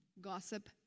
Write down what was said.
Gossip